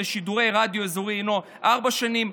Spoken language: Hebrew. לשידורי רדיו אזורי היא ארבע שנים.